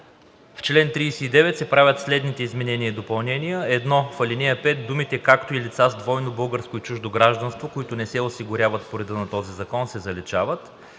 В чл. 39 се правят следните изменения и допълнения: 1. В ал. 5 думите „както и лица с двойно българско и чуждо гражданство, които не се осигуряват по реда на този закон“ се заличават.